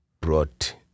brought